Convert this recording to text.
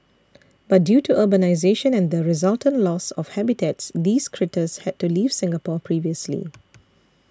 but due to urbanisation and the resultant loss of habitats these critters had to leave Singapore previously